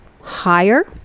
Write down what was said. higher